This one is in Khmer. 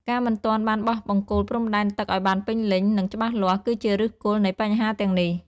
ការមិនទាន់បានបោះបង្គោលព្រំដែនទឹកឱ្យបានពេញលេញ និងច្បាស់លាស់ គឺជាឫសគល់នៃបញ្ហាទាំងនេះ។